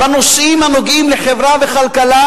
בנושאים הנוגעים לחברה וכלכלה,